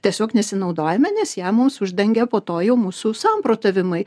tiesiog nesinaudojame nes ją mums uždengia po to jau mūsų samprotavimai